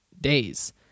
days